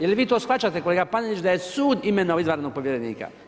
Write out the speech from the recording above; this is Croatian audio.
Je li vi to shvaćate, kolega Panenić da sud imenovao izvanrednog povjerenika?